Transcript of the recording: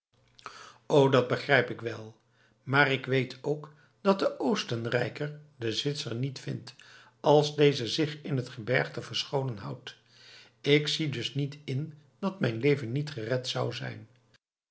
o dat begrijp ik wel maar ik weet ook dat de oostenrijker den zwitser niet vindt als deze zich in het gebergte verscholen houdt ik zie dus niet in dat mijn leven niet gered zou zijn